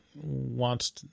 wants